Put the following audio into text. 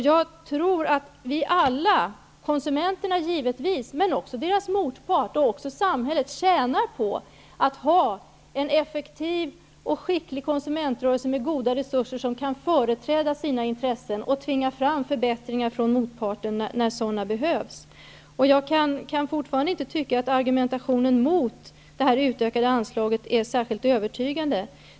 Jag tror att vi alla, konsumenterna givetvis men också deras motpart samt samhället, tjänar på att ha en effektiv och skicklig konsumentrörelse med goda resurser som kan företräda sina intressen och tvinga fram förbättringar från motparten när sådana behövs. Jag tycker fortfarande inte att argumentationen mot det utökade anslaget är särskilt övertygande.